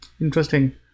Interesting